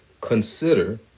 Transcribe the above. consider